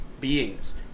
beings